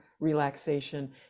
Relaxation